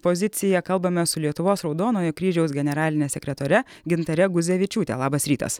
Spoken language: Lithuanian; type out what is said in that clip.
poziciją kalbamės su lietuvos raudonojo kryžiaus generaline sekretore gintare guzevičiūte labas rytas